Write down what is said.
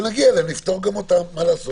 כשנגיע אליהם נפתור גם אותם, מה לעשות.